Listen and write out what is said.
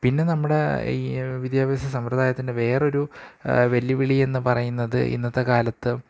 പിന്നെ നമ്മുടെ ഈ വിദ്യാഭ്യാസ സമ്പ്രദായത്തിൻ്റെ വേറൊരു വെല്ലുവിളി എന്ന് പറയുന്നത് ഇന്നത്തെ കാലത്ത്